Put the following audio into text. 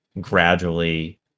gradually